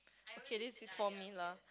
okay this is for me lah